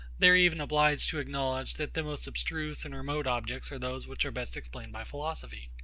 they are even obliged to acknowledge, that the most abstruse and remote objects are those which are best explained by philosophy.